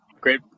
great